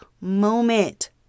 moment